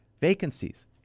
Vacancies